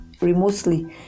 remotely